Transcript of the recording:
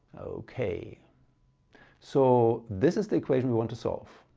okay so this is the equation we want to solve.